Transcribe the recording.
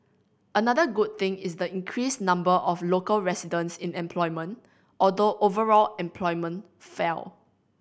another good thing is the increased number of local residents in employment although overall employment fell